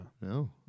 No